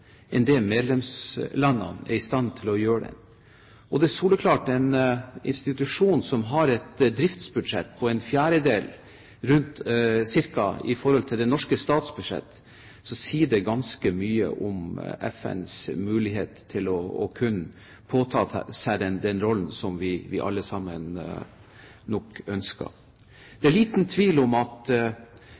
enn det medlemslandene er i stand til å gjøre dem. Og det er soleklart at når en institusjon har et driftsbudsjett på ca. en fjerdedel av det norske statsbudsjettet, sier det ganske mye om FNs muligheter til å kunne påta seg den rollen vi alle nok ønsker. Det er liten tvil om at